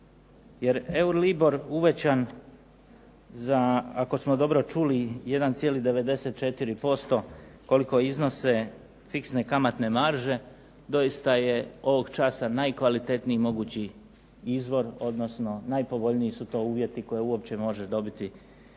jer Euribor uvećan za ako smo dobro čuli za 1,94% koliko iznose fiksne kamatne marže doista je ovog časa najkvalitetniji mogući izvor, odnosno najpovoljniji su to uvjeti koje može uopće dobiti